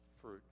fruit